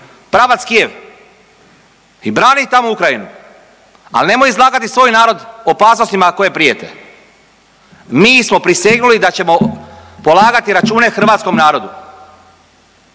pravac Kijev i brani tamo Ukrajinu, al nemoj izlagati svoj narod opasnostima koje prijete. Mi smo prisegnuli da ćemo polagati račune hrvatskom narodu